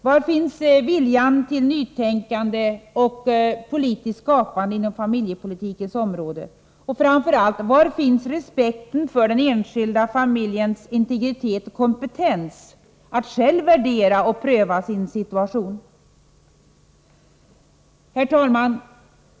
Var finns viljan till nytänkande och politiskt skapande inom familjepolitikens område? Framför allt, var finns respekten för den enskilda familjens integritet och kompetens att själv värdera och pröva sin situation? Herr talman!